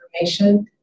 information